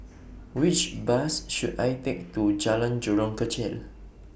Which Bus should I Take to Jalan Jurong Kechil